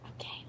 Okay